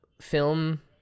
film